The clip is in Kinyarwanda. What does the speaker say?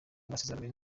amasezerano